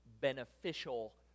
beneficial